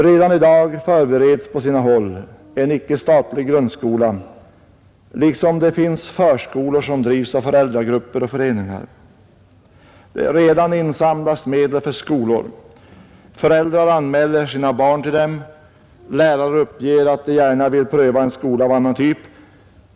Redan i dag förbereds på sina håll en icke statlig grundskola, liksom det finns förskolor som drivs av föräldragrupper och föreningar. Redan insamlas medel för skolor. Föräldrar anmäler sina barn till dem. Lärare uppger att de gärna vill pröva en skola av annan typ.